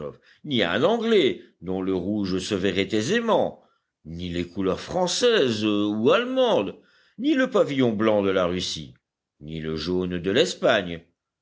ni un anglais dont le rouge se verrait aisément ni les couleurs françaises ou allemandes ni le pavillon blanc de la russie ni le jaune de l'espagne